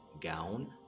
gown